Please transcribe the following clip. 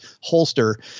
holster